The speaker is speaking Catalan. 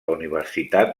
universitat